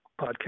podcast